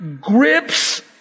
grips